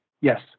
Yes